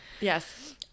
Yes